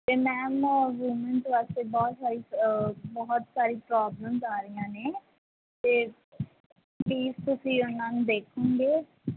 ਅਤੇ ma'am women's ਵਾਸਤੇ ਬਹੁਤ ਸਾਰੀ ਬਹੁਤ ਸਾਰੀ ਪ੍ਰੋਬਲਮਸ ਆ ਰਹੀਆਂ ਨੇ ਅਤੇ ਪਲੀਜ ਤੁਸੀਂ ਉਹਨਾਂ ਨੂੰ ਦੇਖੋਗੇ